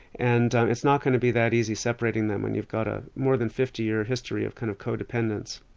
and it's not going to be that easy separating them when you've got ah more than fifty year history of kind of co-dependence.